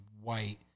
white